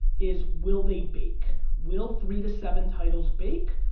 is will they bake? will three to seven titles bake,